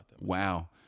Wow